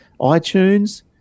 iTunes